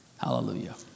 Hallelujah